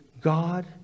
God